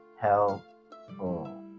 helpful